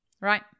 Right